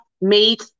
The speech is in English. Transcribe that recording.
made